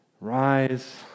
rise